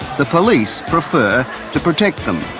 the police prefer to protect them.